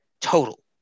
total